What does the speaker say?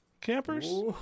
campers